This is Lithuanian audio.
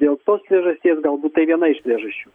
dėl tos priežasties galbūt tai viena iš priežasčių